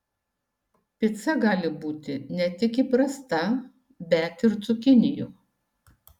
pica gali būti ne tik įprasta bet ir cukinijų